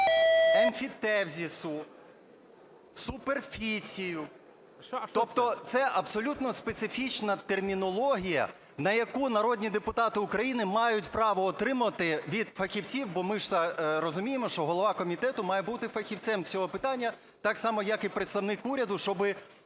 емфітевзису, суперфіцію...". Тобто це абсолютно специфічна термінологія, на яку народні депутати України мають право отримати від фахівців, бо ми ж то розуміємо, що голова комітету має бути фахівцем з цього питання так само, як і представник уряду, щоб